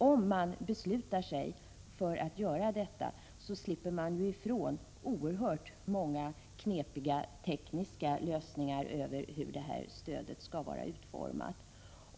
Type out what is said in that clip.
Om utredningen beslutar sig för att betrakta den som ett sådant, slipper man ifrån oerhört många knepiga, tekniska lösningar för hur bilstödet skall vara utformat.